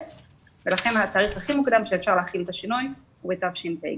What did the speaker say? ולכן התאריך הכי מוקדם שאפשר להחיל את השינוי הוא בתשפ"ג.